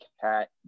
cat